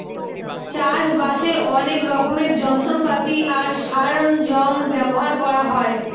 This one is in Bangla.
চাষ বাসে অনেক রকমের যন্ত্রপাতি আর সরঞ্জাম ব্যবহার করা হয়